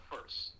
first